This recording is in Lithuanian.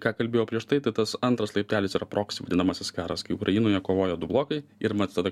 ką kalbėjau prieš tai tas antras laiptelis yra proksi vadinamasis karas kai ukrainoje kovoja du blokai ir mat tada